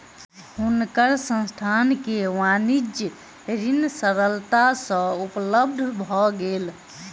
हुनकर संस्थान के वाणिज्य ऋण सरलता सँ उपलब्ध भ गेल